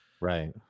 Right